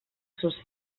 sos